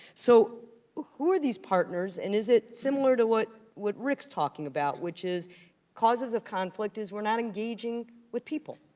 so who are these partners, and is it similar to what what rick's talking about, which is causes of conflict is we're not engaging with people?